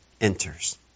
enters